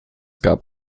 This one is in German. gab